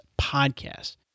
podcast